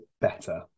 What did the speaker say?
better